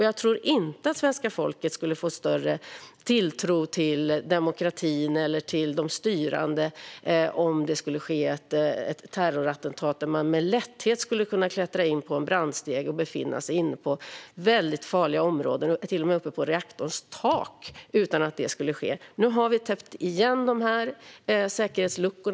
Jag tror inte att svenska folket skulle känna större tilltro till demokratin eller till de styrande om det skulle ske ett terrorattentat där någon med lätthet kan klättra in på en brandstege till farliga områden, ja, till och med upp på reaktorns tak. Nu har vi täppt igen dessa säkerhetsluckor.